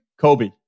Kobe